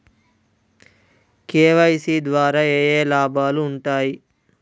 KYC ద్వారా ఏఏ లాభాలు ఉంటాయి?